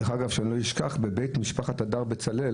דרך אגב, בבית משפט הדר בצלאל